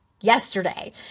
yesterday